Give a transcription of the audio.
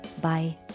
Bye